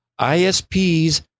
ISPs